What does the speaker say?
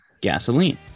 Gasoline